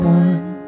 one